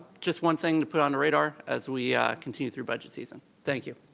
just one thing to put on the radar, as we continue through budget season. thank you.